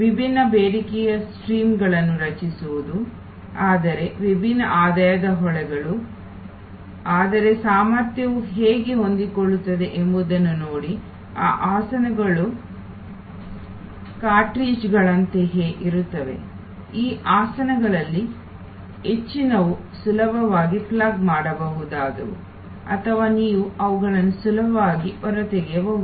ವಿಭಿನ್ನ ಬೇಡಿಕೆಗಳ ಸ್ಟ್ರೀಮ್ಗಳನ್ನು ರಚಿಸುವುದು ಆದರೆ ವಿಭಿನ್ನ ಆದಾಯದ ಹೊಳೆಗಳು ಆದರೆ ಸಾಮರ್ಥ್ಯವು ಹೇಗೆ ಹೊಂದಿಕೊಳ್ಳುತ್ತದೆ ಎಂಬುದನ್ನು ನೋಡಿ ಈ ಆಸನಗಳು ಕಾರ್ಟ್ರಿಜ್ಗಳಂತೆಯೇ ಇರುತ್ತವೆ ಈ ಆಸನಗಳಲ್ಲಿ ಹೆಚ್ಚಿನವು ಸುಲಭವಾಗಿ ಪ್ಲಗ್ ಮಾಡಬಹುದಾದವು ಅಥವಾ ನೀವು ಅವುಗಳನ್ನು ಸುಲಭವಾಗಿ ಹೊರತೆಗೆಯಬಹುದು